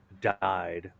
died